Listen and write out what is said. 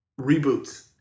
reboots